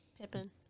Pippin